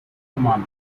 commander